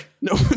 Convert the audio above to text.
No